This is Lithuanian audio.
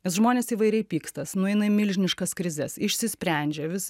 nes žmonės įvairiai pykstas nueina į milžiniškas krizes išsisprendžia vis